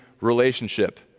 relationship